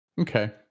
Okay